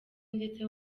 ndetse